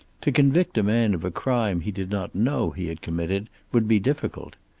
to convict a man of a crime he did not know he had committed would be difficult.